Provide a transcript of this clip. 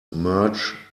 merge